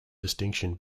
distinction